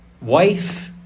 wife